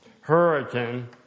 Hurricane